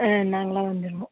ஆ நாங்களாக வந்துருவோம்